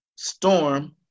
Storm